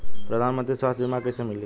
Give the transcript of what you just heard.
प्रधानमंत्री स्वास्थ्य बीमा कइसे मिली?